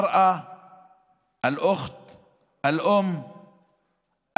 הנשים האלה הן אחיותינו,